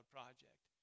project